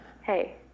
Hey